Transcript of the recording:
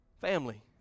Family